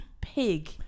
pig